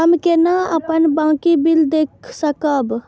हम केना अपन बाँकी बिल देख सकब?